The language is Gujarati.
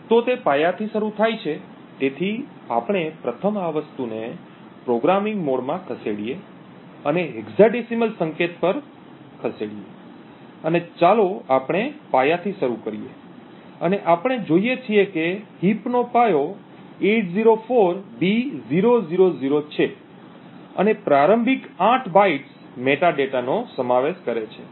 તો તે પાયાથી શરૂ થાય છે તેથી આપણે પ્રથમ આ વસ્તુને પ્રોગ્રામિંગ મોડમાં ખસેડીએ અને હેક્સાડેસિમલ સંકેત પર ખસેડો અને ચાલો આપણે પાયાથી શરૂ કરીએ અને આપણે જોઈએ છીએ કે હીપ નો પાયો 804b000 છે અને પ્રારંભિક આઠ બાઇટ્સ મેટાડેટાનો સમાવેશ કરે છે